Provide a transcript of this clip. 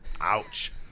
Ouch